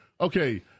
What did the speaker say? Okay